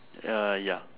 ah ya